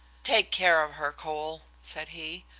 take care of her, cole, said he.